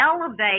elevate